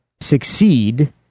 succeed